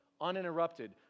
uninterrupted